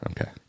okay